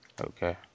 Okay